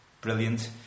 brilliant